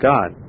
God